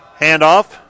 Handoff